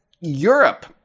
Europe